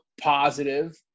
positive